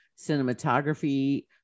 cinematography